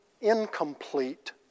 incomplete